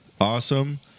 awesome